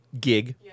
gig